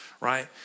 Right